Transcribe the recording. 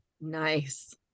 Nice